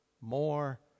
more